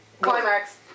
climax